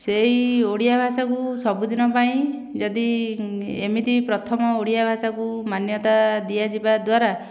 ସେହି ଓଡ଼ିଆ ଭାଷାକୁ ସବୁଦିନ ପାଇଁ ଯଦି ଏମିତି ପ୍ରଥମ ଓଡ଼ିଆ ଭାଷାକୁ ମାନ୍ୟତା ଦିଆଯିବା ଦ୍ୱାରା